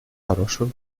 хорошую